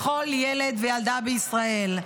לכל ילד וילדה בישראל.